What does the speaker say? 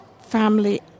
family